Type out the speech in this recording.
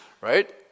Right